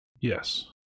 Yes